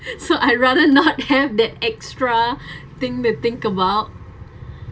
so I rather not have that extra thing they'd think about